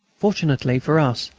fortunately for us,